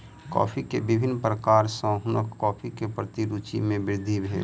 coffee के विभिन्न प्रकार सॅ हुनकर कॉफ़ीक प्रति रूचि मे वृद्धि भेल